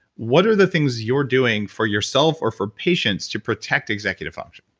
what are the things you're doing for yourself or for patients to protect executive function?